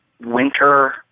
winter